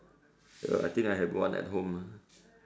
oh I think I have one at home ah